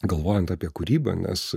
galvojant apie kūrybą nes